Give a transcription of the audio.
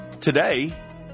Today